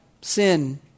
sin